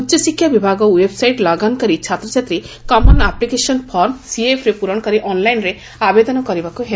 ଉଚ୍ଚଶିକ୍ଷା ବିଭାଗ website log on କରି ଛାତ୍ରଛାତ୍ରୀ କମନ୍ ଆପ୍ଲେକେସନ୍ ଫର୍ମ ସିଏଏଫ୍ ପୂରଣ କରି ଅନ୍ଲାଇନ୍ରେ ଆବେଦନ କରିବାକୁ ହେବ